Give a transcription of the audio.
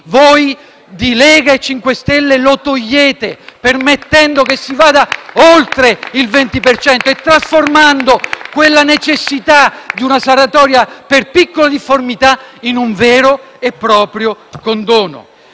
voi di Lega e 5 Stelle lo togliete, permettendo che si vada oltre il 20 per cento e trasformando quella necessità di una sanatoria per piccole difformità in un vero e proprio condono.